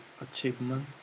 achievement